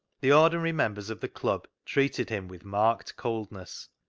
the ordinary members of the club treated him with marked coldness,